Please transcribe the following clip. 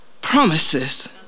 promises